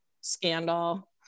scandal